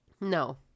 No